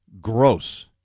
gross